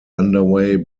underway